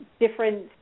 different